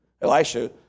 Elisha